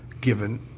given